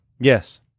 Yes